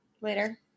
Later